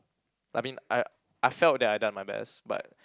I mean I I felt that I done my best but